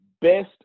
best